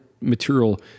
material